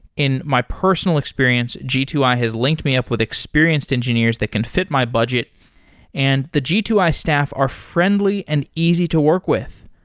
in my personal experience, g two i has linked me up with experienced engineers that can fit my budget and the g two i staff are friendly and easy to work with.